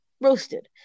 roasted